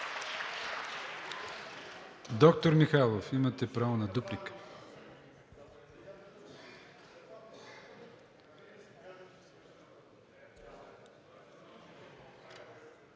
Доктор Михайлов, имате право на дуплика.